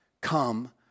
Come